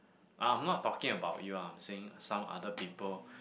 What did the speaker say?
uh I'm not talking about you ah I'm saying some other people